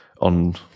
on